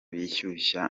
bishyushya